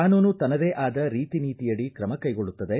ಕಾನೂನು ತನ್ನದೇ ಆದ ರೀತಿ ನೀತಿಯಡಿ ಕ್ರಮ ಕೈಗೊಳ್ಳುತ್ತದೆ